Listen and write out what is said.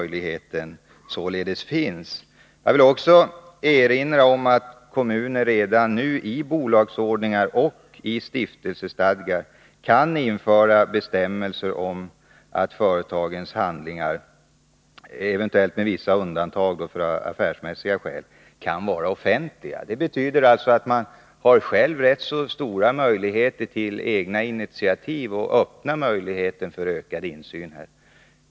Jag vill också erinra om att kommunerna redan nu, i bolagsordningar och stiftelsestadgar, kan införa bestämmelser om att företagens handlingar — eventuellt med vissa undantag av affärsmässiga skäl — kan vara offentliga. Det betyder alltså att man själv har rätt stora möjligheter till egna initiativ, och det öppnar möjligheterna för ökad insyn.